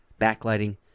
backlighting